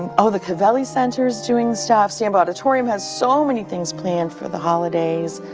and oh, the covelli center's doing stuff. stambaugh auditorium has so many things planned for the holidays.